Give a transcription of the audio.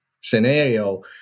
scenario